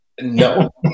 no